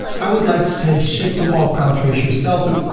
i would like to say ship to all countries you sell to.